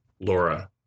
Laura